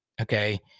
Okay